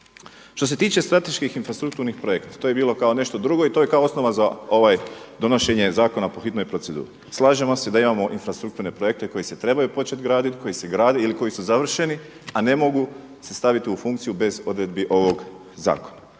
Što se tiče strateških infrastrukturnih projekta, to je bilo kao nešto drugo i to je kao osnova za ovaj donošenje zakona po hitnoj proceduri. Slažemo se da imamo infrastrukturne projekte koji se trebaju početi graditi, koji se grade ili koji su završeni, a ne mogu se staviti u funkciju bez odredbi ovog zakona.